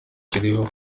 kiriho